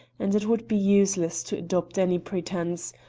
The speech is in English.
and it would be useless to adopt any pretence,